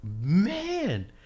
Man